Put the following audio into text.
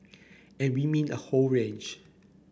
and we mean a whole range